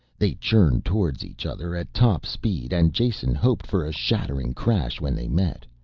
they churned towards each other at top speed and jason hoped for a shattering crash when they met.